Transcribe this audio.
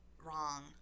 wrong